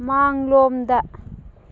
ꯃꯥꯡꯂꯣꯝꯗ